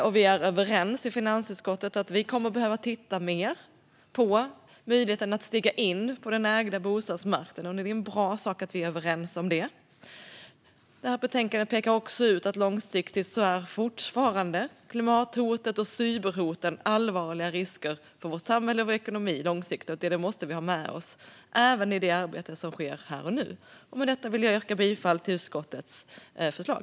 Vi i finansutskottet är överens om att vi kommer att behöva titta mer på möjligheten att stiga in på den ägda bostadsmarknaden. Det är bra att vi är överens om det. Betänkandet pekar dessutom ut att klimathotet och cyberhoten på lång sikt fortfarande utgör allvarliga risker för vårt samhälle och vår ekonomi. Det måste vi ha med oss även i det arbete som sker här och nu. Med detta vill jag yrka bifall till utskottets förslag.